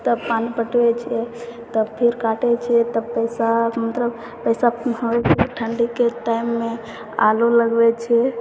तब पानी पटबै छै तब फिर काटै छै तब पइसा मतलब पइसा वहाँ ठण्डीके टाइममे आलू लगबै छिए